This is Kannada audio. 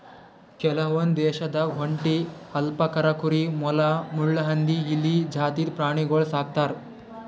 ಕೆಲವೊಂದ್ ದೇಶದಾಗ್ ಒಂಟಿ, ಅಲ್ಪಕಾ ಕುರಿ, ಮೊಲ, ಮುಳ್ಳುಹಂದಿ, ಇಲಿ ಜಾತಿದ್ ಪ್ರಾಣಿಗೊಳ್ ಸಾಕ್ತರ್